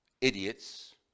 idiots